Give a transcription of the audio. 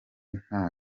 nta